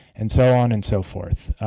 and so on and so forth.